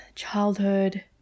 childhood